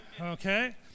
Okay